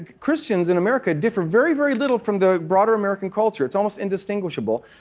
christians in america differ very, very little from the broader american culture. it's almost indistinguishable.